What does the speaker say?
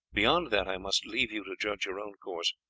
beyond that i must leave you to judge your own course.